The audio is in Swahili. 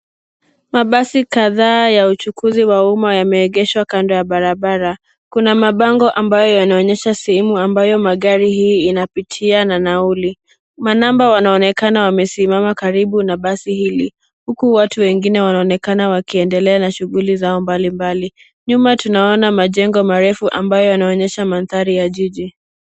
Mabadi kadhaa ya uchukuzi wa umma yameegeshwa kando ya barabara. Kuna mabango ambayo yanaonyesha sehemu ambayo magari hii inapitia na nauli. Manamba wanaonekana wamesimama karibu na basi hili. Huku watu wengine wanaonekana wakiendelea na shughuli zao mbalimbali. Nyuma tunaona majengo marefu ambayo yanaonyesha mandhari ya jiji.